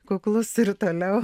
kuklus ir toliau